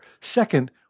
Second